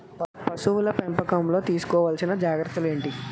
పశువుల పెంపకంలో తీసుకోవల్సిన జాగ్రత్తలు ఏంటి?